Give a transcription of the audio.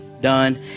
done